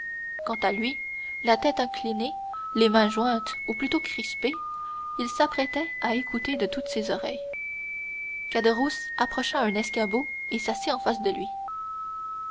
quant à lui la tête inclinée les mains jointes ou plutôt crispées il s'apprêtait à écouter de toutes ses oreilles caderousse approcha un escabeau et s'assit en face de lui